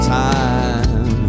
time